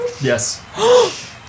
Yes